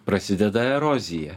prasideda erozija